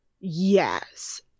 Yes